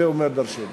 זה אומר דורשני.